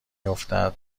افتد